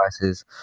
devices